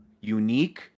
unique